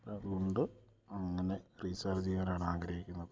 അതുകൊണ്ട് അങ്ങനെ റീചാർജ് ചെയ്യാനാണ് ആഗ്രഹിക്കുന്നത്